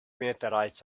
meteorites